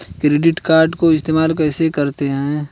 Credit card को इस्तेमाल कैसे करते हैं?